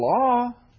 law